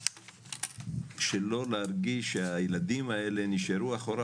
שלא להרגיש שהילדים האלה נשארו מאחור,